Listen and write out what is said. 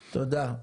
תודה.